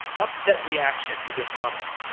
upset reaction to this comment.